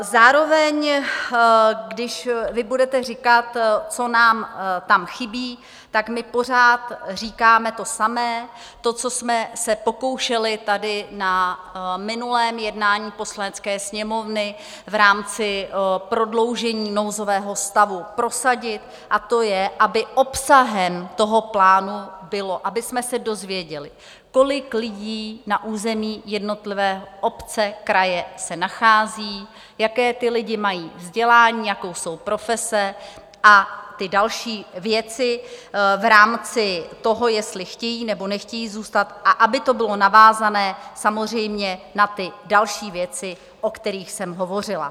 Zároveň když vy budete říkat, co nám tam chybí, tak my pořád říkáme to samé to, co jsme se pokoušeli tady na minulém jednání Poslanecké sněmovny v rámci prodloužení nouzového stavu prosadit a to je, aby obsahem toho plánu bylo, abychom se dozvěděli, kolik lidí na území jednotlivé obce, kraje se nachází, jaké ti lidé mají vzdělání, jaké jsou profese a další věci v rámci toho, jestli chtějí, nebo nechtějí zůstat, a aby to bylo navázané samozřejmě na ty další věci, o kterých jsem hovořila.